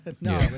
no